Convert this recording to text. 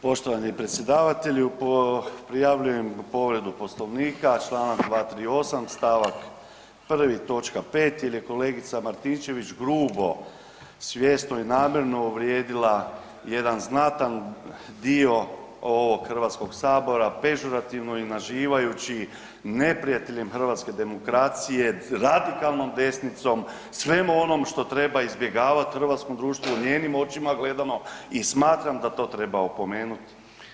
Poštovani predsjedavatelju, prijavljujem povredu Poslovnika članak 238. stavak 1. točka 5. jer je kolegica Martinčević grubo svjesno i namjerno uvrijedila jedan znatan dio ovog Hrvatskog sabora pežurativno ih nazivajući neprijateljem hrvatske demokracije, radikalnom desnicom, svemu onom što treba izbjegavati u hrvatskom društvu njenim očima gledano i smatram da to treba opomenuti.